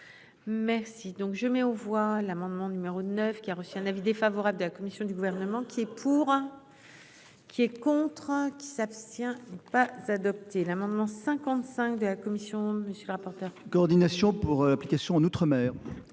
Merci donc je mets aux voix l'amendement numéro 9 qui a reçu un avis défavorable de la commission du gouvernement qui est pour. Qui est contre contraint qui s'abstient n'est pas adopté l'amendement 55 de la commission. Monsieur le rapporteur. Coordination pour l'application en outre-mer.